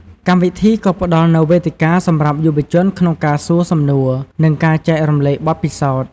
កម្មវិធីក៏ផ្ដល់នូវវេទិកាសម្រាប់យុវជនក្នុងការសួរសំណួរ និងការចែករំលែកបទពិសោធន៍។